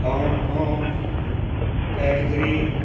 Hong Kong Calgary